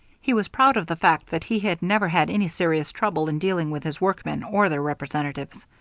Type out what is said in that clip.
he was proud of the fact that he had never had any serious trouble in dealing with his workmen or their representatives.